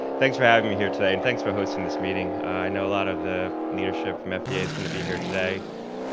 thanks for having me here today, and thanks for hosting this meeting. i know a lot of the leadership from fda's gonna be here today.